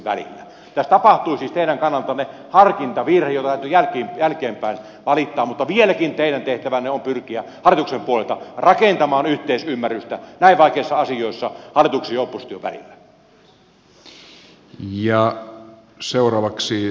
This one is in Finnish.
tässä tapahtui siis teidän kannaltanne harkintavirhe jota täytyy jälkeenpäin valittaa mutta vieläkin teidän tehtävänne on pyrkiä hallituksen puolelta rakentamaan yhteisymmärrystä näin vaikeissa asioissa hallituksen ja opposition välillä